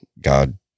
God